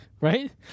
right